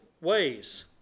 ways